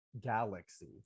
galaxy